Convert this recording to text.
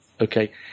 Okay